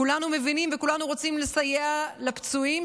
כולנו מבינים וכולנו רוצים לסייע לפצועים,